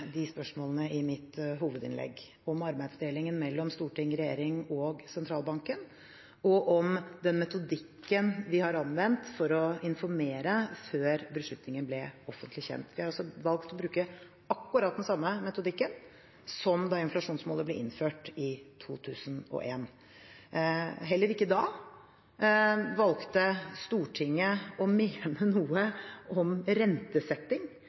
de spørsmålene i mitt hovedinnlegg – om arbeidsdelingen mellom storting, regjering og sentralbanken og om den metodikken vi har anvendt for å informere før beslutningen ble offentlig kjent. Vi har altså valgt å bruke akkurat den samme metodikken som da inflasjonsmålet ble innført i 2001. Heller ikke da valgte Stortinget å mene noe om rentesetting,